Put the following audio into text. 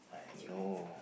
I know